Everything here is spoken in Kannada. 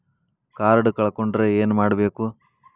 ಕಾರ್ಡ್ ಕಳ್ಕೊಂಡ್ರ ಏನ್ ಮಾಡಬೇಕು?